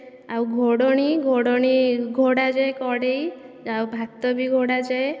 ଆଉ ଘୋଡ଼ଣୀ ଘୋଡ଼ଣୀ ଘୋଡ଼ା ଯାଏ କଡ଼େଇ ଆଉ ଭାତ ବି ଘୋଡ଼ାଯାଏ